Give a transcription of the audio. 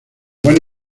buen